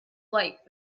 light